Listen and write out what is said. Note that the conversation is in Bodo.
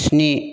स्नि